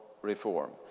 reform